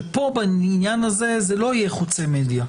שפה בעניין הזה זה לא יהיה חוצה מדיה.